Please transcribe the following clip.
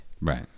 Right